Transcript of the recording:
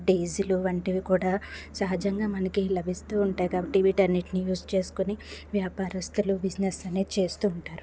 diesel వంటివి కూడా సహజంగా మనకి లభిస్తు ఉంటాయి కాబట్టి వీటన్నిటిని యూస్ చేసుకుని వ్యాపారస్తులు బిజినెస్ అనేది చేస్తు ఉంటారు